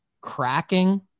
cracking